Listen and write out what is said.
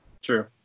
true